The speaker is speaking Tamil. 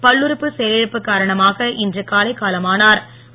பல்லுறுப்பு செயல் இழப்பு காரணமாக இன்று காலை காலமாஞர்